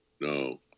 no